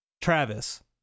Travis